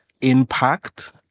impact